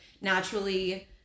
naturally